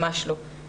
ממש לא.